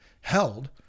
held